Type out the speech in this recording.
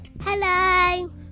Hello